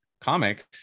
comics